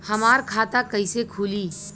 हमार खाता कईसे खुली?